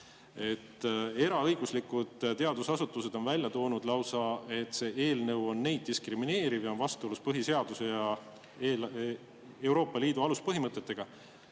maapinnaga. Eraõiguslikud teadusasutused on välja toonud lausa, et see eelnõu on neid diskrimineeriv ja on vastuolus põhiseaduse ja Euroopa Liidu aluspõhimõtetega.